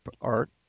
art